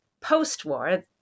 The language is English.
post-war